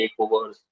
takeovers